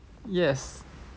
yes